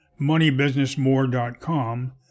moneybusinessmore.com